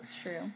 True